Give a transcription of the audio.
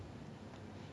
um